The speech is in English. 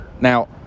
Now